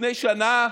לפני שנה,